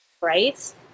right